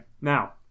Now